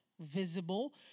visible